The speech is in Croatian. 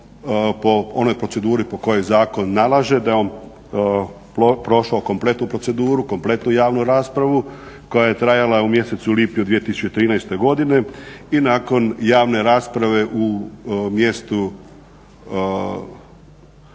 po onoj proceduri po kojoj zakon nalaže, da je on prošao kompletnu proceduru i javnu raspravu koja je trajala u mjesecu lipnju 2013.godine i nakon javne rasprave u Parku